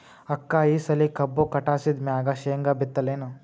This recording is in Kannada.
ಅಕ್ಕ ಈ ಸಲಿ ಕಬ್ಬು ಕಟಾಸಿದ್ ಮ್ಯಾಗ, ಶೇಂಗಾ ಬಿತ್ತಲೇನು?